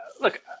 Look